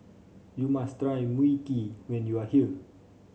you must try Mui Kee when you are here